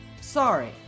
sorry